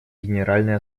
генеральной